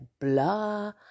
blah